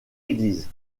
église